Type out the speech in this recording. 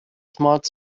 smart